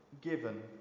given